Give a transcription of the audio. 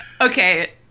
Okay